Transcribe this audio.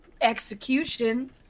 execution